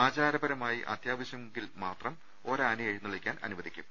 ആചാരപരമായി അത്യാവശ്യമെ ങ്കിൽ മാത്രം ഒരാനയെ എഴുന്നള്ളിക്കാൻ അനുവദിക്കും